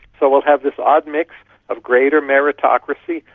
so will have this odd mix of greater meritocracy,